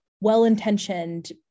well-intentioned